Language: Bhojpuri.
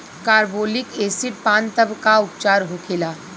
कारबोलिक एसिड पान तब का उपचार होखेला?